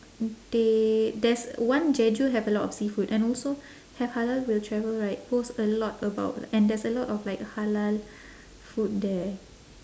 they there's one jeju have a lot of seafood and also have halal will travel right post a lot about and there's a lot of like halal food there